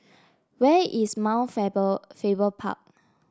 where is Mount Faber Faber Park